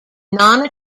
non